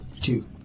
Two